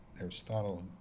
Aristotle